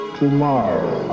tomorrow